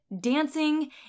dancing